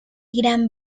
gran